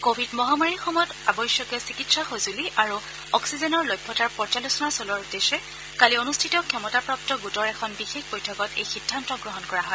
Covid মহামাৰীৰ সময়ত আৱশ্যকীয় চিকিৎসা সঁজলি আৰু অক্সিজেনৰ লভ্যতাৰ পৰ্যালোচনা চলোৱাৰ উদ্দেশ্যে কালি অনুষ্ঠিত ক্ষমতাপ্ৰাপ্ত গোটৰ এখন বিশেষ বৈঠকত এই সিদ্ধান্ত গ্ৰহণ কৰা হয়